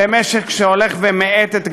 ומשק שהולך ומאט את גלגליו,